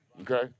Okay